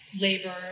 labor